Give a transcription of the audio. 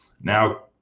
now